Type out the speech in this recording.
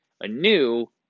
anew